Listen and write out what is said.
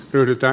yritä